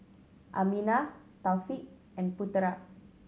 Aminah Taufik and Putera